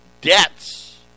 debts